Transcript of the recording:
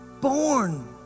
born